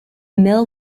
mill